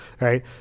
right